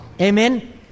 Amen